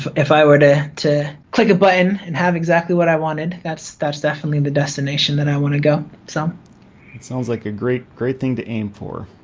if i were to to click a button and have exactly what i wanted that's that's definitely the destination that i want to go. so sounds like a great great thing to aim for.